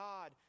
God